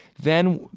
then,